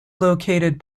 located